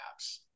apps